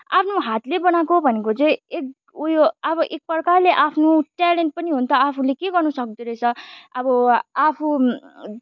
आफ्नो हातले बनाएको भनेको चाहिँ एक उयो अब एकप्रकारले आफ्नो ट्यालेन्ट पनि हो नि त आफूले के गर्नुसक्दोरहेछ अब आफू